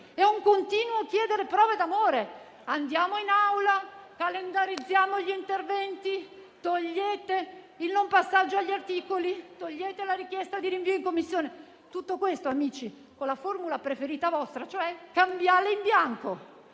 È un continuo chiedere prove d'amore: andiamo in Aula, calendarizziamo gli interventi, togliete il non passaggio all'esame degli articoli, togliete la richiesta di rinvio in Commissione. Tutto questo, amici, con la vostra formula preferita, quella cioè della cambiale in bianco: